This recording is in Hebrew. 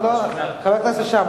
חבר הכנסת שאמה,